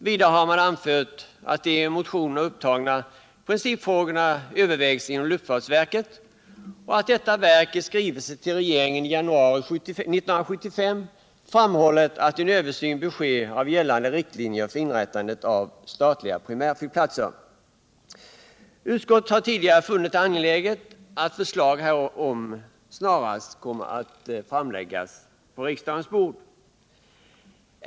Vidare har man anfört att de i motionerna upptagna principfrågorna övervägts inom luftfartsverket och att detta verk i skrivelse till regeringen i januari 1975 framhållit att en översyn bör ske av gällande riktlinjer för inrättandet av statliga primärflygplatser. Utskottet har tidigare funnit det angeläget att förslag härom snarast föreläggs riksdagen.